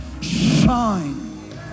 shine